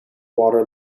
water